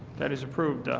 that is approved.